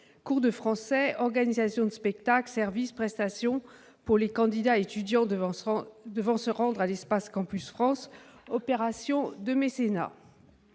cours de français, spectacles, services, prestations pour les candidats étudiants devant se rendre à l'espace Campus France, opérations de mécénat,